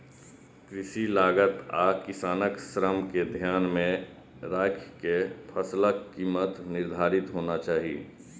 कृषि लागत आ किसानक श्रम कें ध्यान मे राखि के फसलक कीमत निर्धारित होना चाही